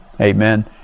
Amen